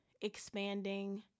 expanding